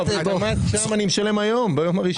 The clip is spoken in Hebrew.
אני משלם ביום הראשון.